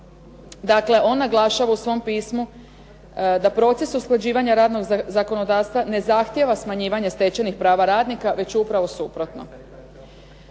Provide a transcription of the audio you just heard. Dakle, on naglašava u svom pismu da proces usklađivanja radnog zakonodavstva ne zahtjeva smanjivanje stečenih prava radnika već upravo suprotno.